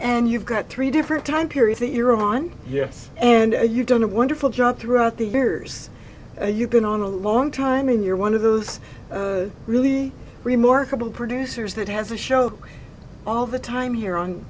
and you've got three different time periods in iran yes and you've done a wonderful job throughout the years you've been on a long time and you're one of those really remarkable producers that has the show all the time here on